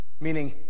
meaning